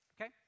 Okay